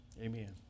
Amen